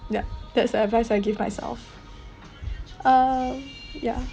yup that's a advice I give myself uh ya